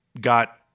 got